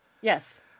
Yes